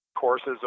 courses